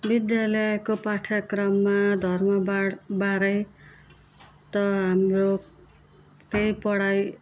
विद्यालयको पाठ्यक्रममा धर्मबा धर्मबारे त हाम्रो केही पढाइ